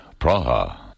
Praha